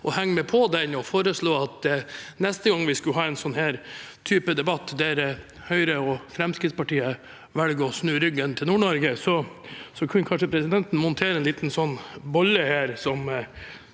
henge meg på det og foreslå at neste gang vi skal ha denne typen debatt der Høyre og Fremskrittspartiet velger å snu ryggen til Nord-Norge, da kunne kanskje presidenten montere en liten bolle her